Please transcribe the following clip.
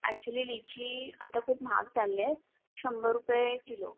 actually लिची आता खूप महाग चालले आहे शंभर रुपये किलो